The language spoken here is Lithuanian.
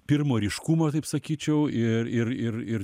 pirmo ryškumo taip sakyčiau ir ir ir ir